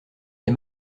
les